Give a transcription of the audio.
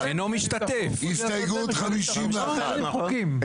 51. הסתייגות 51. אינו משתתף.